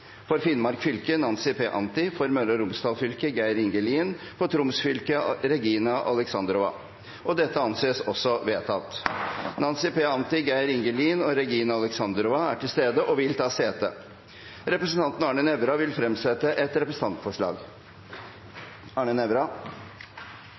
For Finnmark fylke: Nancy P. Anti For Møre og Romsdal fylke: Geir Inge Lien For Troms fylke: Regina Alexandrova Nancy P. Anti, Geir Inge Lien og Regina Alexandrova er til stede og vil ta sete. Representanten Arne Nævra vil fremsette et representantforslag.